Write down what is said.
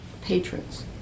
patrons